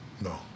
no